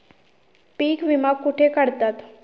पीक विमा कुठे काढतात?